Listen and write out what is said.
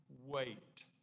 wait